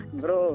bro